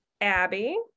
abby